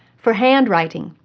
for handwriting,